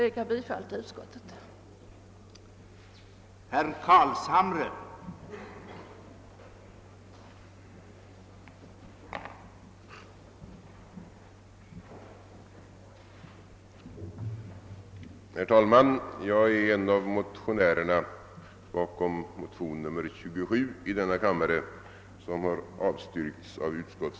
Jag yrkar bifall till utskottets hemställan.